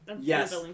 Yes